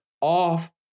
off